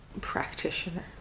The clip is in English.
practitioner